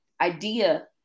idea